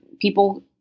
people